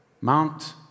Mount